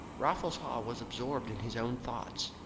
raffles haw was absorbed in his own thoughts.